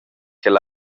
ch’el